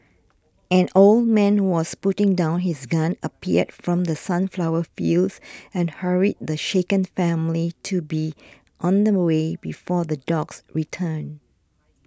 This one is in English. an old man was putting down his gun appeared from the sunflower fields and hurried the shaken family to be on their way before the dogs return